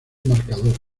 marcador